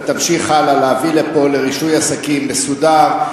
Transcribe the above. תמשיך הלאה להביא לרישוי עסקים מסודר,